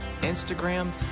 Instagram